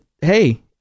hey